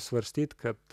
svarstyt kad